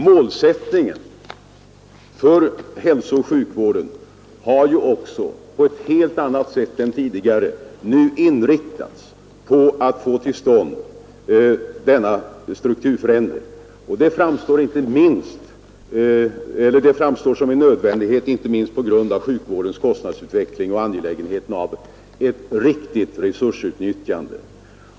Målsättningen för hälsooch sjukvården har också nu, på ett helt annat sätt än tidigare, inriktats på att få till stånd denna strukturförändring. Det framstår som en nödvändighet, inte minst på grund av sjukvårdens kostnadsutveckling och angelägenheten av ett riktigt resursutnyttjande.